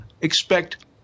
expect